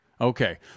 Okay